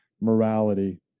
morality